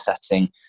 setting